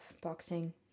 boxing